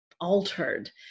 altered